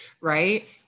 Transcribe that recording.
right